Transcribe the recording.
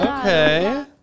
okay